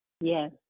Yes